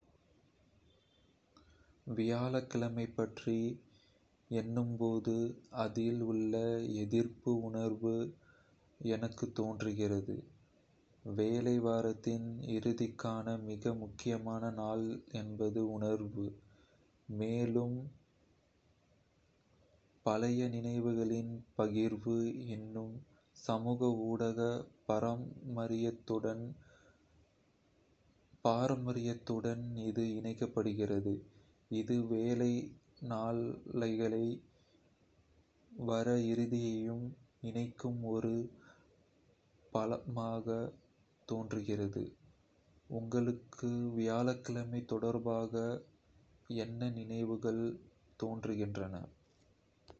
வியாழக்கிழமை பற்றி எண்ணும் போது, அதில் உள்ள எதிர்பார்ப்பு உணர்வு எனக்கு தோன்றுகிறது. வேலை வாரத்தின் இறுதிக்கான மிக முக்கியமான நாள் என்பது உணர்வு. மேலும், பழைய நினைவுகளின் பகிர்வு எனும் சமூக ஊடக பாரம்பரியத்துடன் இது இணைக்கப்படுகிறது. இது வேலை நாள்களையும் வார இறுதியையும் இணைக்கும் ஒரு பாலமாக தோன்றுகிறது. உங்களுக்கு வியாழக்கிழமை தொடர்பாக என்ன நினைவுகள் தோன்றுகின்றன?